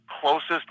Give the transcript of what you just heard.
closest